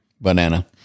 banana